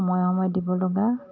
সময় সময় দিবলগা